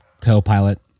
co-pilot